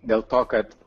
dėl to kad